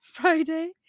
Friday